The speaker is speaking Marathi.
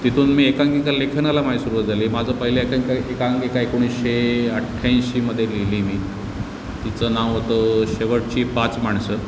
तिथून मी एकांकिका लेखनाला माझ्या सुरवात झाली माझं पहिलं एकांकिका एकांकिका एकोणीसशे अठ्ठ्याऐंशीमध्ये लिहिली मी तिचं नाव होतं शेवटची पाच माणसं